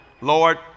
Lord